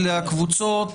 ואלה קבוצות